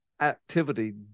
activity